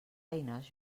eines